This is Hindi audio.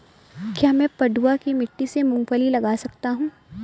क्या मैं पडुआ की मिट्टी में मूँगफली लगा सकता हूँ?